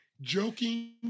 joking